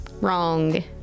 Wrong